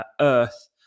earth